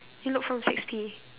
you look from six P